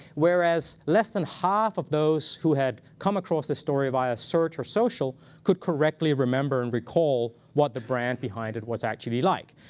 whereas less than half of those who had come across this story via search or social could correctly remember and recall what the brand behind it was actually like.